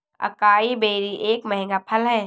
acai berry एक महंगा फल है